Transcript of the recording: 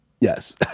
Yes